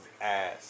ass